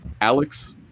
Alex